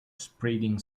spreading